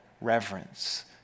reverence